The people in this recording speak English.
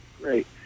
Great